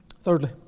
Thirdly